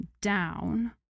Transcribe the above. down